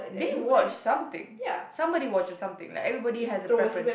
they watch something somebody watches something like everybody has a preferance